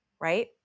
right